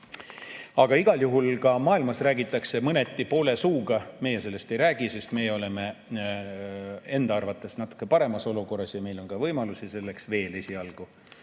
ole. Igal juhul mujal maailmas räägitakse poole suuga – meie sellest ei räägi, sest meie oleme enda arvates natuke paremas olukorras ja meil on ka võimalusi veel esialgu